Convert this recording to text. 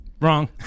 Wrong